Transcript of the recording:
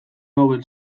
nobel